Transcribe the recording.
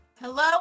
Hello